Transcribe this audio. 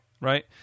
Right